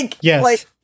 Yes